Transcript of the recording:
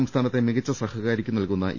സംസ്ഥാനത്തെ മികച്ച സഹകാരിക്കു നൽകുന്ന ഇ